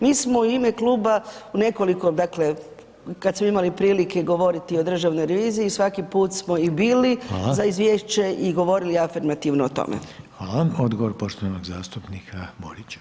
Mi smo u ime kluba u nekoliko, dakle, kad smo imali prilike govoriti o Državnoj reviziji, svaki put smo i bili za [[Upadica: Hvala]] izvješće i govorili afirmativno o tome.